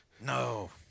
No